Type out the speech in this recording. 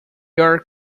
are